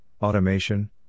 Automation